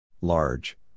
Large